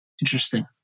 Interesting